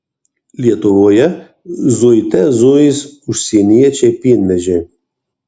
lietuvoje zuite zuis užsieniečiai pienvežiai